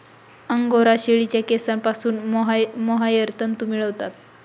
angora शेळीच्या केसांपासून mohair तंतू मिळतात